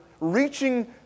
reaching